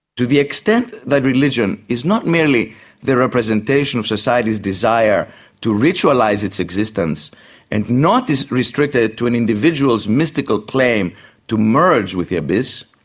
to the extent that religion is not merely the representation of society's desire to ritualise its existence and not is restricted to an individual's mystical claim to merge with the abyss,